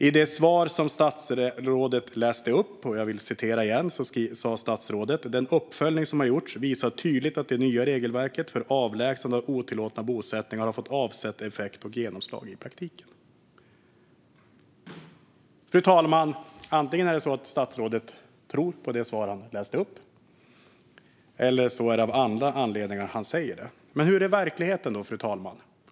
I det svar som statsrådet gav sa han att "den uppföljning som har gjorts visar tydligt att det nya regelverket för avlägsnande av otillåtna bosättningar har fått avsedd effekt och genomslag i praktiken". Antingen tror statsrådet, fru talman, på det svar han har givit eller så säger han detta av andra anledningar. Men hur är verkligheten, fru talman?